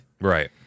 right